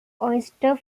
oyster